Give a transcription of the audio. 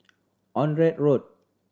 Onraet Road